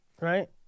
right